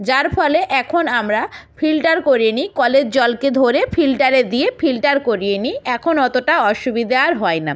যার ফলে এখন আমরা ফিল্টার করিয়ে নিই কলের জলকে ধরে ফিল্টারে দিয়ে ফিল্টার করিয়ে নিই এখন অতটা অসুবিধে আর হয় না